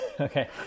Okay